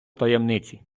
таємниці